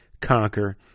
conquer